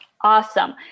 Awesome